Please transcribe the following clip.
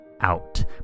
out